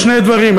בשני דברים,